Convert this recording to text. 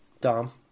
Dom